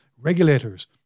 regulators